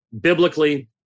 biblically